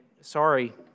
sorry